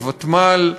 הוותמ"ל,